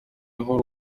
nkuru